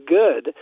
good